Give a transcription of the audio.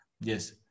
yes